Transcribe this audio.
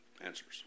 answers